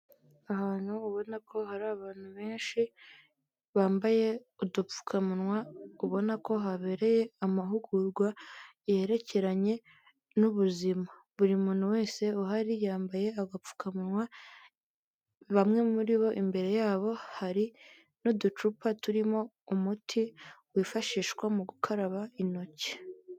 Ahantu ubona ko hari abantu benshi bambaye udupfukamunwa, ubona ko habereye amahugurwa yerekeranye n'ubuzima. Buri muntu wese uhari yambaye agapfukamunwa, bamwe muri bo imbere yabo hari n'uducupa turimo umuti wifashishwa mu gukaraba intoki.